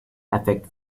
affect